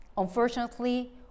Unfortunately